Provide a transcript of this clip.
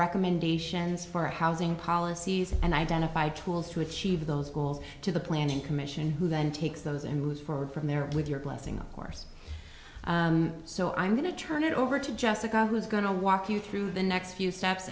recommendations for housing policies and identify tools to achieve those goals to the planning commission who then takes those and moves forward from there with your blessing of course so i'm going to turn it over to jessica who's going to walk you through the next few steps